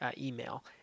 email